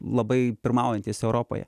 labai pirmaujantys europoje